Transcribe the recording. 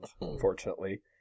Unfortunately